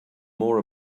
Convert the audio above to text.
more